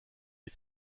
die